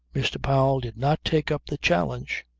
mr. powell did not take up the challenge.